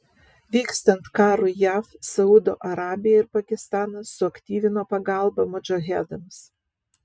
vykstant karui jav saudo arabija ir pakistanas suaktyvino pagalbą modžahedams